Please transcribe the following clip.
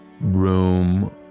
room